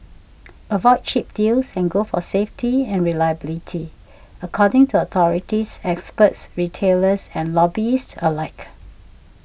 avoid cheap deals and go for safety and reliability according to authorities experts retailers and hobbyists alike